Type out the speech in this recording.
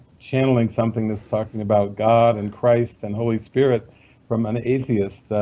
channeling something that's talking about god and christ and holy spirit from an atheist.